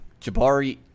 Jabari